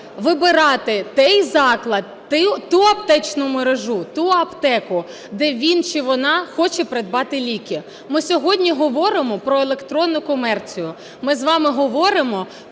вибирати той заклад, ту аптечну мережу, ту аптеку, де він чи вона хоче придбати ліки. Ми сьогодні говоримо про електронну комерцію, ми з вами говоримо про можливості